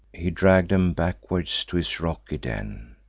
he dragg'd em backwards to his rocky den.